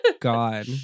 God